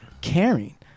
caring